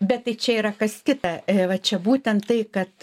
bet tai čia yra kas kita va čia būtent tai kad